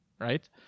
right